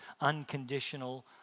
unconditional